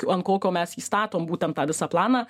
ant kokio mes jį statome būtent tą visą planą